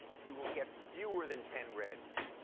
you will get fewer than ten reds.